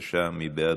בבקשה, מי בעד?